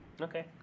Okay